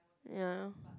ya